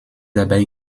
dabei